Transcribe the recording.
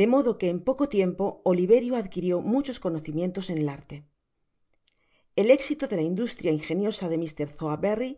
de modo que en poco tiempo oliverio adquirió muchos conocimientos en el arte el éxito de la industria ingeniosa de mr sowerherry